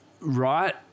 right